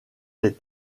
des